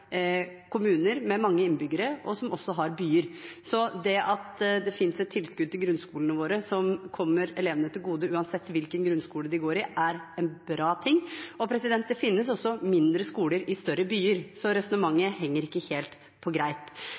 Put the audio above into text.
kommuner med mange innbyggere, og som også har byer. Så det at det finnes et tilskudd til grunnskolene våre som kommer elevene til gode, uansett hvilken grunnskole de går på, er en bra ting. Det finnes også mindre skoler i større byer, så resonnementet henger ikke helt på greip.